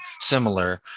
similar